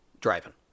driving